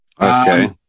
Okay